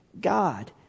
God